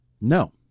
No